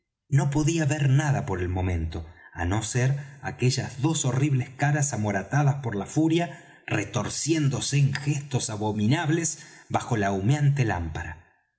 no podía ver nada por el momento á no ser aquellas dos horribles caras amoratadas por la furia retorciéndose en gestos abominables bajo la humeante lámpara